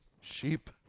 sheep